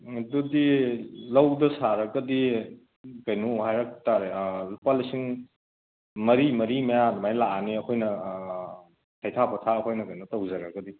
ꯑꯗꯨꯗꯤ ꯂꯧꯗ ꯁꯥꯔꯒꯗꯤ ꯀꯩꯅꯣ ꯍꯥꯏꯔꯛ ꯇꯥꯔꯦ ꯂꯨꯄꯥ ꯂꯤꯁꯤꯡ ꯃꯔꯤ ꯃꯔꯤ ꯃꯌꯥ ꯑꯗꯨꯃꯥꯏ ꯂꯥꯛꯑꯅꯤ ꯑꯩꯈꯣꯏꯅ ꯍꯩꯊꯥ ꯄꯣꯊꯥ ꯑꯩꯈꯣꯏꯅ ꯀꯩꯅꯣ ꯇꯧꯖꯔꯒꯗꯤ